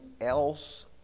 else